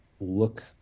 look